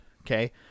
okay